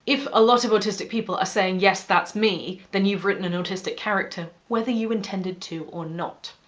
if a lot of autistic people are saying, yes, that's me, then you've written an autistic character, whether you intended to or not.